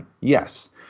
Yes